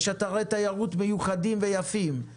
יש אתרי תיירות מיוחדים ויפים טבע,